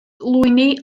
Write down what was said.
lwyni